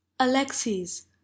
Alexis